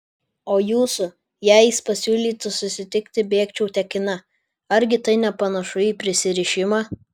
o jūsų jei jis pasiūlytų susitikti bėgčiau tekina argi tai nepanašu į prisirišimą